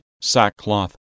sackcloth